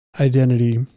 identity